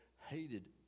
hated